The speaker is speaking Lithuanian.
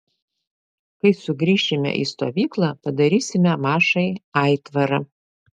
kai sugrįšime į stovyklą padarysime mašai aitvarą